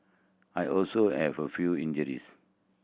I also have a few injuries